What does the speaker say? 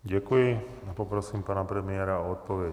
Děkuji a poprosím pana premiéra od odpověď.